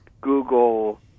Google